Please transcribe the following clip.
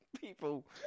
People